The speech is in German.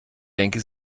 denke